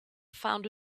found